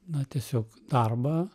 na tiesiog darbą